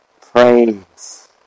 Praise